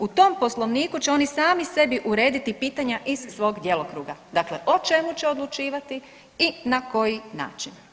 U tom poslovniku će oni sami sebi urediti pitanja iz svog djelokruga, dakle, o čemu će odlučivati i na koji način.